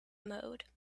mode